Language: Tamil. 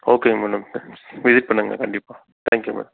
ஓகேங்க மேடம் வெயிட் பண்ணுறேங்க கண்டிப்பாக தேங்க்யூ மேடம்